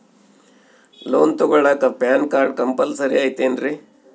Loan ತೊಗೊಳ್ಳಾಕ PAN card compulsory ಐಯ್ತೇನ್ರಿ?